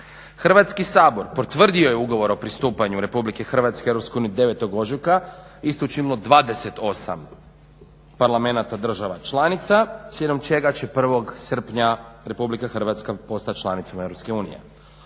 Hrvatski sabor potvrdio je Ugovor o pristupanju Republike Hrvatske EU 9. ožujka. Isto je učinilo 28 parlamenata država članica slijedom čega će 1. srpnja Republika Hrvatska postati članicom EU.